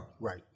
Right